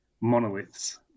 monoliths